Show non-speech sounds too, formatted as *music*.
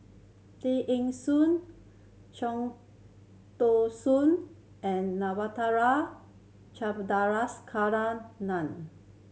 Tay Eng Soon *unintelligible* Tao Soon and *unintelligible*